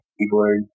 keyboard